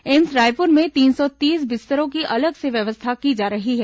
AIIMS Raipur में तीन सौ तीस बिस्तरों की अलग से व्यवस्था की जा रही है